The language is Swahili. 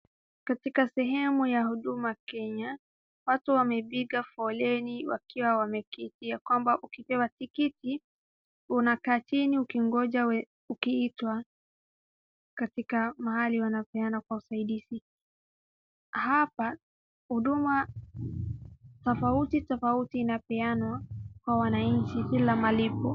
Katika sehemu ya Huduma Kenya, watu wamepiga foleni wakiwa wameketi, ya kwamba ukipewa tikiti, unakaa chini ukingoja we, ukiitwa katika mahali wanapeana usaidizi. Hapa huduma tofauti tofauti inapeanwa kwa wananchi bila malipo.